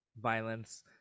violence